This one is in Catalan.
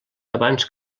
abans